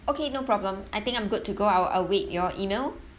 okay no problem I think I'm good to go I'll I will wait your email